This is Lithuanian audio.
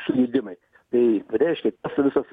sujudimai tai reiškia visas